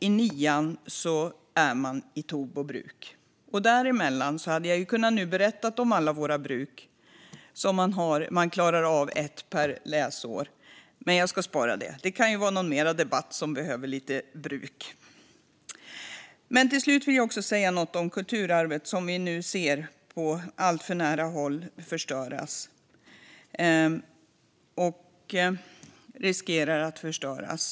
I nian är man i Tobo bruk. Däremellan hade jag kunnat berätta om alla våra bruk. Man klarar av ett per läsår. Men jag ska spara det. Det kan ju vara någon annan debatt som behöver lite bruk. Jag vill också säga något om det kulturarv som vi nu på alltför nära håll ser förstöras eller riskera att förstöras.